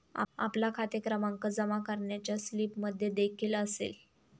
आपला खाते क्रमांक जमा करण्याच्या स्लिपमध्येदेखील असेल